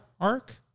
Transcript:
arc